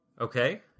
Okay